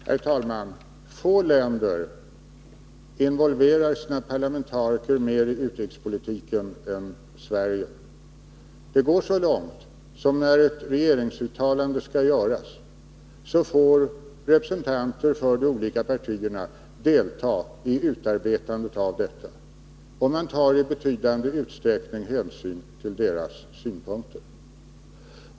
Herr talman! Få länder involverar sina parlamentariker mer i utrikespolitiken än Sverige. Vi går så långt som att, när ett regeringsuttalande skall göras, låta representanter för de olika partierna delta i utarbetandet av uttalandet, varvid det i betydande utsträckning tas hänsyn till deras synpunkter.